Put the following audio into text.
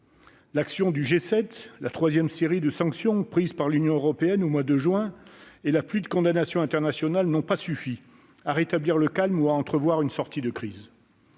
L'action du G7, la troisième série de sanctions prise par l'Union européenne au mois de juin et la pluie de condamnations internationales n'ont pas suffi à rétablir le calme ou à laisser entrevoir une sortie de crise.